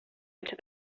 into